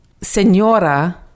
Señora